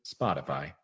Spotify